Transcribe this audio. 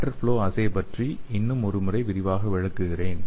lateral flow assay பற்றி இன்னும் ஒரு முறை விரிவாக விளக்குகிறேன்